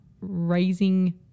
raising